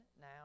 now